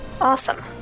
awesome